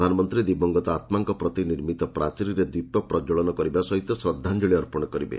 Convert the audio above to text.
ପ୍ରଧାନମନ୍ତ୍ରୀ ଦିବଂଗତ ଆତ୍ମାଙ୍କ ପାଇଁ ନିର୍ମିତ ପ୍ରାଚୀରରେ ଦୀପ ପ୍ରଜ୍ଜଳନ କରିବା ସହିତ ଶ୍ରଦ୍ଧାଞ୍ଜଳି ଅର୍ପଣ କରିବେ